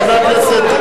נוהלי הכנסת,